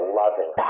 loving